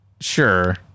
Sure